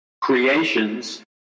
creations